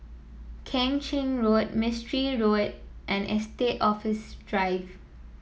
Keng Chin Road Mistri Road and Estate Office Drive